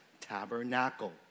tabernacle